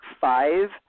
five